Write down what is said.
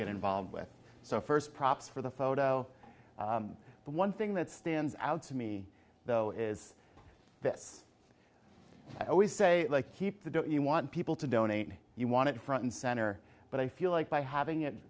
get involved with so first props for the photo but one thing that stands out to me though is this i always say like keep the don't you want people to donate you want it front and center but i feel like by having it